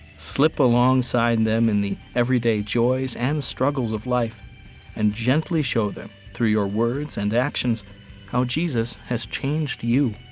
slip alongside them in the everyday joys and struggles of life and gently show them through your words and actions how jesus has changed you.